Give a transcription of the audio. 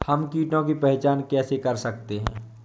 हम कीटों की पहचान कैसे कर सकते हैं?